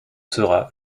sera